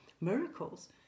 miracles